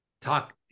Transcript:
talk